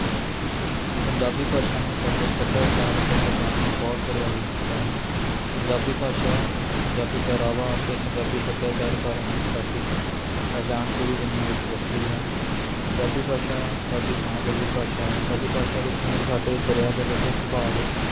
ਪੰਜਾਬੀ ਭਾਸ਼ਾ ਨੇ ਸਾਡੇ ਸੱਭਿਆਚਾਰ ਅਤੇ ਪਹਿਚਾਣ ਨੂੰ ਬਹੁਤ ਪ੍ਰਭਾਵਿਤ ਕੀਤਾ ਹੈ ਪੰਜਾਬੀ ਭਾਸ਼ਾ ਪੰਜਾਬੀ ਪਹਿਰਾਵਾ ਅਤੇ ਪੰਜਾਬੀ ਸੱਭਿਆਚਾਰ ਕਾਰਨ ਹੀ ਸਾਡੀ ਪਹਿਚਾਣ ਪੂਰੀ ਦੁਨੀਆ ਵਿੱਚ ਵੱਖਰੀ ਹੈ ਪੰਜਾਬੀ ਭਾਸ਼ਾ ਸਾਡੀ ਮਾਂ ਬੋਲੀ ਭਾਸ਼ਾ ਹੈ ਸਾਡੀ ਭਾਸ਼ਾ ਵਿੱਚੋਂ ਹੀ ਸਾਡੇ ਦਰਿਆ ਦਿਲ ਅਤੇ ਸੁਭਾਅ ਵਿੱਚ